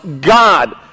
God